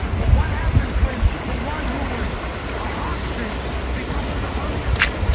but what happens when the one who was a hostage becomes the host?